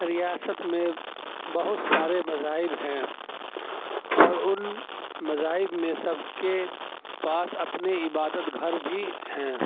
ریاست میں بہت سارے مذاہب ہیں اور ان مذاہب میں سب کے پاس اپنے عبادت گھر بھی ہیں